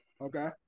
okay